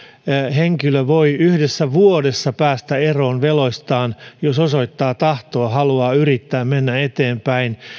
henkilö voi yhdessä vuodessa päästä eroon veloistaan jos osoittaa tahtoa halua yrittää mennä eteenpäin